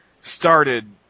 started